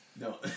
No